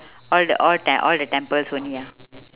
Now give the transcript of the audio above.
all the all te~ all the temples only ah